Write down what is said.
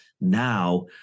now